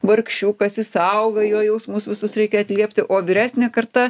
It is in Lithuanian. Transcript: vargšiukas jis auga jo jausmus visus reikia atliepti o vyresnė karta